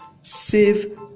Save